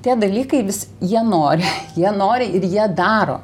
tie dalykai vis jie nori jie nori ir jie daro